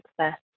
success